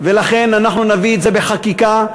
ולכן אנחנו נביא את זה בחקיקה.